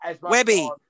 Webby